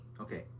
Okay